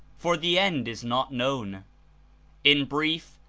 for the end is not known in brief,